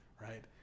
right